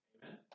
Amen